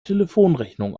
telefonrechnung